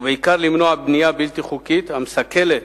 ובעיקר למנוע בנייה בלתי חוקית המסכלת